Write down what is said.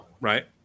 Right